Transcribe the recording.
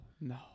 No